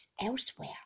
elsewhere